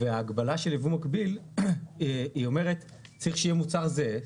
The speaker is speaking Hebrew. ההגבלה של יבוא מקביל אומרת שצריך שיהיה מוצר זהה.